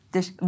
Dus